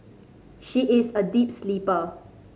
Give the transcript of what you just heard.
she is a deep sleeper